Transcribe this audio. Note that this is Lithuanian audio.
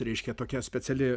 reiškia tokia speciali